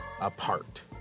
apart